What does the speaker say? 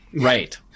Right